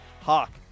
hawk